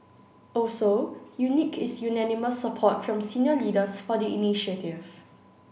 also unique is unanimous support from senior leaders for the initiative